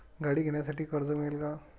गाडी घेण्यासाठी कर्ज मिळेल का?